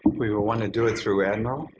we will want to do it through admiral.